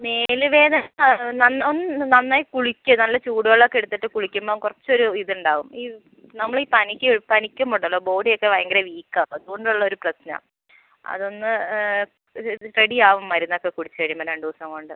മേല് വേദന ഒന്ന് നന്നായി കുളിക്ക നല്ല ചൂട് വെള്ളം ഒക്കെ എടുത്തിട്ട് കുളിക്കുമ്പം കുറച്ചൊരു ഇതുണ്ടാവും ഈ നമ്മൾ ഈ പനിക്ക് പനിക്കുമ്പം ഉണ്ടല്ലോ ബോഡി ഒക്കെ വളരെ വീക്ക് ആകും അതുകൊണ്ടുള്ള ഒരു പ്രശ്നമാണ് അതൊന്ന് റെഡിയാവും മരുന്നൊക്കെ കുടിച്ച് കഴിയുമ്പം രണ്ട് ദിവസം കൊണ്ട്